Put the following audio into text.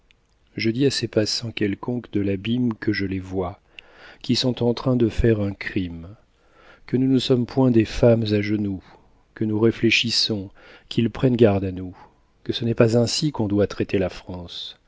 je dis à ces passants quelconques de l'abîme que je les vois qu'ils sont en train de faire un crime que nous ne sommes point des femmes à genoux que nous réfléchissons qu'ils prennent garde à nous que ce n'est pas ainsi qu'on doit traiter la france